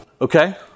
Okay